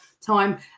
time